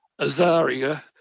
Azaria